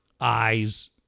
eyes